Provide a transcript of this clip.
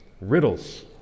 Riddles